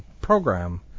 program